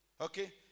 Okay